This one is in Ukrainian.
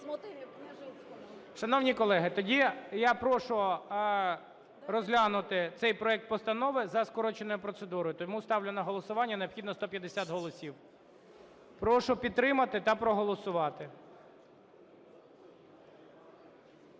Шановні колеги, тоді я прошу розглянути цей проект постанови за скороченою процедурою. Тому ставлю на голосування. Необхідно 150 голосів. Прошу підтримати та проголосувати.